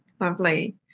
Lovely